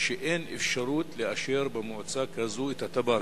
אין אפשרות לאשר במועצה כזו את התב"ע.